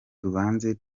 tubanze